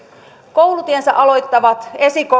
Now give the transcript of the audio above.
koulutiensä aloittavat